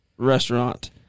restaurant